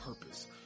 purpose